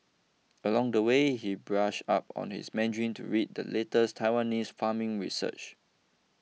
along the way he brushed up on his Mandarin to read the latest Taiwanese farming research